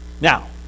now